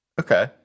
Okay